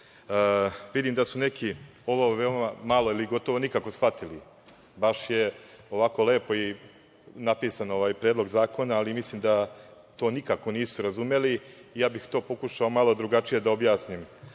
da su neki ovo veoma malo ili gotovo nikako shvatili. Baš je ovako lepo napisan ovaj Predlog zakona, ali mislim da to nikako nisu razumeli. Ja bih to pokušao malo drugačije da objasnim.